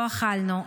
לא אכלנו,